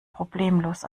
problemlos